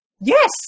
Yes